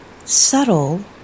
Subtle